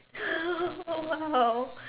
!wow!